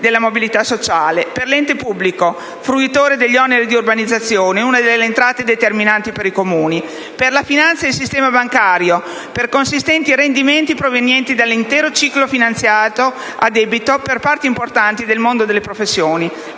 per l'ente pubblico, fruitore degli oneri di urbanizzazione, una delle entrate determinanti per i Comuni; per la finanza e il sistema bancario, per i consistenti rendimenti provenienti dall'intero ciclo finanziato a debito, e per parti importanti del mondo delle professioni.